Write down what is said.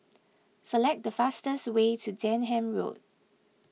select the fastest way to Denham Road